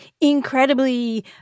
incredibly